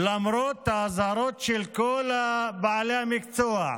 למרות האזהרות של כל בעלי המקצוע.